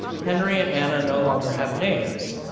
henry and anna no longer have names,